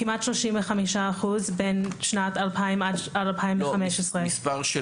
כמעט 35% בין שנת 2000 עד 2015. מספר,